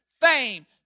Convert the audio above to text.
fame